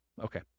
Okay